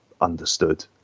understood